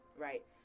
right